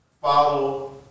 follow